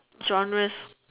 genres